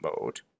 mode